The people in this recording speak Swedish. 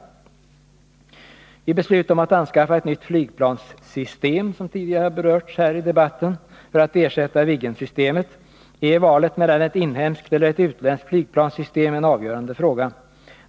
Vid beslut om att anskaffa ett nytt flygplanssystem, som berörts tidigare i dag, för att ersätta Viggensystemet är valet mellan ett inhemskt och ett utländskt flygplanssystem en avgörande fråga.